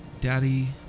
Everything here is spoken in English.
daddy